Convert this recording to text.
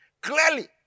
clearly